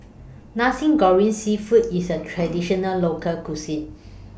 Nasi Goreng Seafood IS A Traditional Local Cuisine